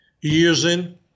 using